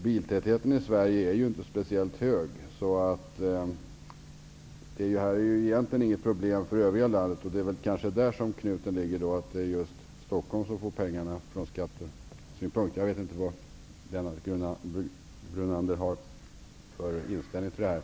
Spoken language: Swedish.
Biltätheten i Sverige är inte speciellt stor. Dessutom är det vi här talar om egentligen inte ett problem för övriga landet. Men det är kanske just där vi har knuten, dvs. att det är just Stockholm som från skattesynpunkt gynnas. Jag vet inte riktigt vilken inställning Lennart Brunander har i detta avseende.